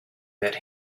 that